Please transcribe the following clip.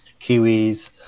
Kiwis